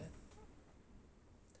thailand